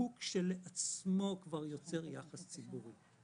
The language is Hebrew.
הוא כשלעצמו יוצר יחס ציבורי.